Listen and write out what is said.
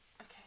Okay